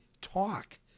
talk